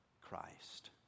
Christ